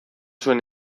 zuen